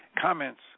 comments